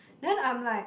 then I'm like